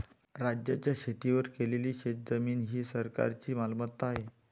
राज्याच्या शेतीवर केलेली शेतजमीन ही सरकारची मालमत्ता आहे